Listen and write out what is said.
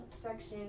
section